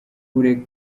kureka